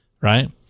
right